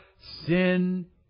Sin